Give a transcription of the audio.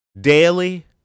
daily